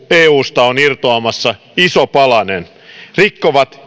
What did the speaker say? eusta on irtoamassa iso palanen rikkovat